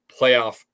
playoff